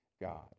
God